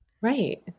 right